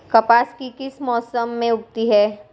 कपास किस मौसम में उगती है?